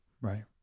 right